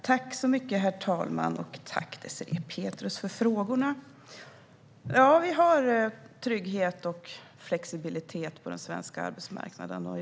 Herr talman! Jag tackar Désirée Pethrus för frågorna. Vi har trygghet och flexibilitet på den svenska arbetsmarknaden.